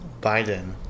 Biden